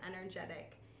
energetic